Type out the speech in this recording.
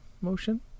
motion